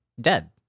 dead